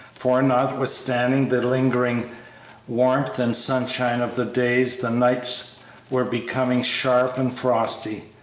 for, notwithstanding the lingering warmth and sunshine of the days, the nights were becoming sharp and frosty,